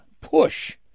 push